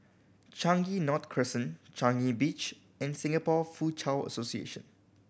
Changi North Crescent Changi Beach and Singapore Foochow Association